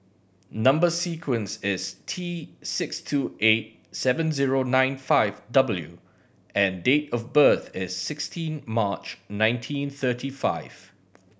number sequence is T six two eight seven zero nine five W and date of birth is sixteen March nineteen thirty five